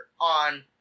on